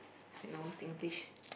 you know Singlish